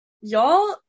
y'all